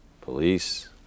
Police